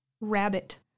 rabbit